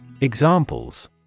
Examples